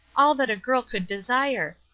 all that a girl could desire.